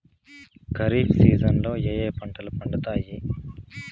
ఖరీఫ్ సీజన్లలో ఏ ఏ పంటలు పండుతాయి